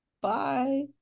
Bye